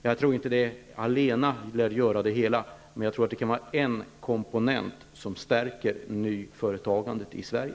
Jag tror inte att detta allena gör allt, men det kan vara en komponent som stärker nyföretagandet i Sverige.